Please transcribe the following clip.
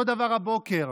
אותו דבר הבוקר.